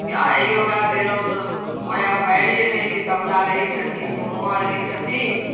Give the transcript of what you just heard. कि आओर एहिओ कात अएलहुँ तऽ वएह बाढ़िए रहै छै कमला रहै छथिन गहुमा रहै छथिन